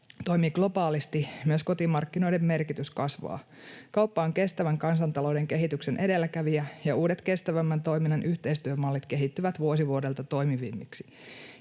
toimii globaalisti, myös kotimarkkinoiden merkitys kasvaa. Kauppa on kestävän kansantalouden kehityksen edelläkävijä, ja uudet kestävämmän toiminnan yhteistyömallit kehittyvät vuosi vuodelta toimivammiksi.